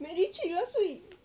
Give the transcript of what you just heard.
macritchie last week